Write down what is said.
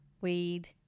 weed